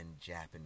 Japanese